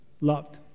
loved